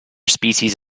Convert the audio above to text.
species